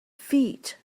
feet